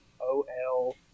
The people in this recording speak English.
O-L